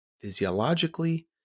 Physiologically